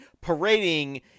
parading